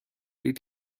did